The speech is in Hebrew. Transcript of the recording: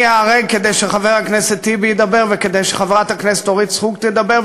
אני איהרג כדי שחבר הכנסת טיבי ידבר וכדי שחברת הכנסת אורית סטרוק תדבר,